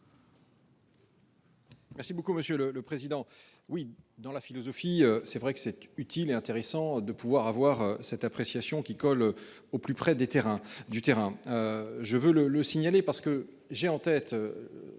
Merci beaucoup monsieur le le président. Oui dans la philosophie, c'est vrai que c'est utile et intéressant de pouvoir avoir cette appréciation qui colle au plus près des terrains du terrain. Je veux le le signaler parce que j'ai en tête.